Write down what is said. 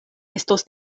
estos